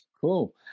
cool